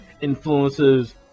influences